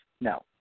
No